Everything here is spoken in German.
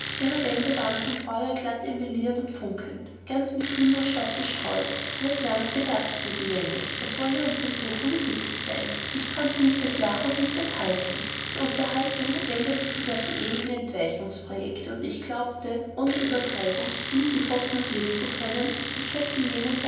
ihre wände waren vom feuer glatt emaillirt und funkelnd ganz mit glimmerstaub bestreut ned land betastete die wände als wolle er untersuchen wie dick sie seien ich konnte mich des lachens nicht enthalten die unterhaltung wendete sich auf die ewigen entweichungsprojecte und ich glaubte ohne uebertreibung ihm die hoffnung geben zu können der kapitän